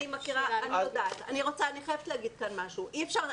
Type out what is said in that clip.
חייבת לומר כאן משהו.